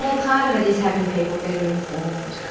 ah part of it is having people better informed.